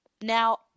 now